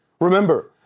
Remember